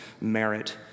merit